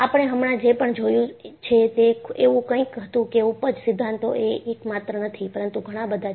આપણે હમણાં જે પણ જોયું છે તે એવું કંઇક હતું કે ઊપજ સિદ્ધાંતો એ એક માત્ર નથી પરંતુ ઘણા બધા છે